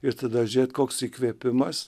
ir tada žėt koks įkvėpimas